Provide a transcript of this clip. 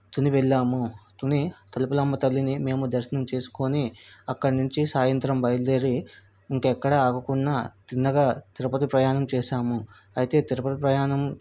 తుని వెళ్ళాము తుని తలుపలమ్మ తల్లిని మేము దర్శనం చేసుకోని అక్కడి నుంచి సాయంత్రం బయలుదేరి ఇంకెక్కడ ఆగకున్నా తిన్నగా తిరుపతి ప్రయాణం చేశాము అయితే తిరుపతి ప్రయాణం